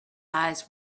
eyes